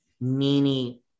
nini